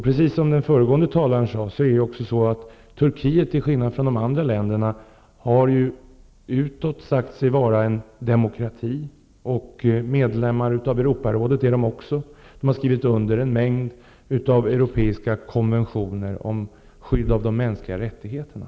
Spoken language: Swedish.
Precis som föregående talare sade har Turkiet, till skillnad från de andra länderna, utåt sagt sig vara en demokrati. Turkiet är också medlem i Europarådet. Man har skrivit under en mängd europeiska konventioner om skydd av de mänskliga rättigheterna.